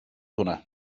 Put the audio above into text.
hwnna